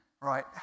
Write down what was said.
Right